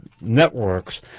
networks